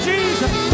Jesus